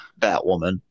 Batwoman